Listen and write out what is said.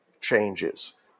changes